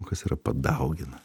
kas yra padaugina